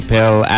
Pill